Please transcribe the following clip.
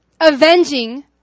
avenging